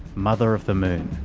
mother of the moon.